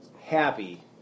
happy